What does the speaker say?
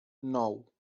nou